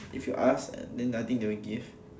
if you ask then I think they will give